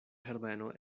herbeno